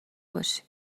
باشی